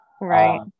Right